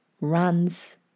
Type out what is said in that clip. runs